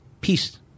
peace